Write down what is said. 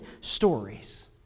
stories